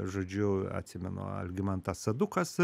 žodžiu atsimenu algimantas sadukas